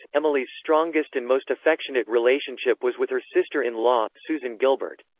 emily's strongest and most affectionate relationship was with her sister-in-law, susan gilbert.